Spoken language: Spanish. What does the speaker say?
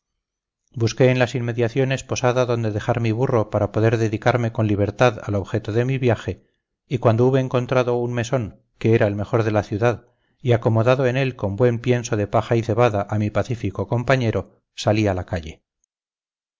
busqué en las inmediaciones posada donde dejar mi burro para poder dedicarme con libertad al objeto de mi viaje y cuando hube encontrado un mesón que era el mejor de la ciudad y acomodado en él con buen pienso de paja y cebada a mi pacífico compañero salí a la calle